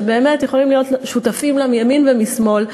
שבאמת יכולים להיות שותפים לה מימין ומשמאל.